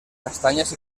castanyes